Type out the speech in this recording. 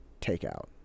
takeout